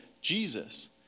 Jesus